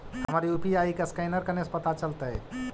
हमर यु.पी.आई के असकैनर कने से पता चलतै?